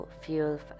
Fuel